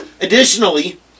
Additionally